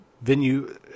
venue